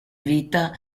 vita